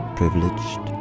privileged